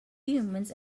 humans